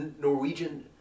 Norwegian